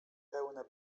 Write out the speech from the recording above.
pełne